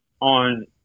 on